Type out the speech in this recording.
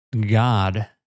God